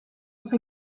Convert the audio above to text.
oso